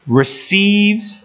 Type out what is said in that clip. receives